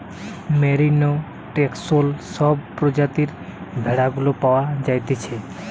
merino, Texel সব প্রজাতির ভেড়া গুলা পাওয়া যাইতেছে